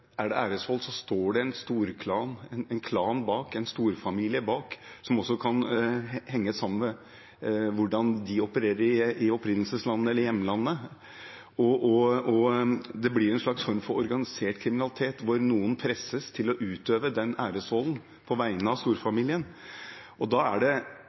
også kan henge sammen med hvordan de opererer i opprinnelses- eller hjemlandet. Det blir en slags form for organisert kriminalitet der noen presses til å utøve æresvolden på vegne av storfamilien. Da må man etterforske dem som står bak, de som bestiller handlingen og presser dette igjennom. Da må altså politiet gjennomføre en mye større operasjon enn om de bare behandler det